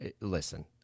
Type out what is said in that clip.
listen